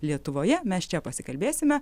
lietuvoje mes čia pasikalbėsime